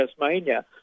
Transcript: Tasmania